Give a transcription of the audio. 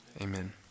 Amen